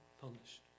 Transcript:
punished